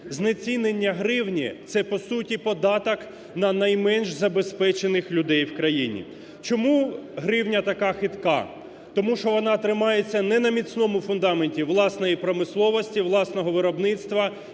Знецінення гривні – це по суті податок на найменш забезпечених людей в країні. Чому гривня така хитка? Тому що вона тримається не на міцному фундаменті власної промисловості, власного виробництва,